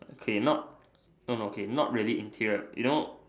okay not no no okay not really interior you know